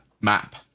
map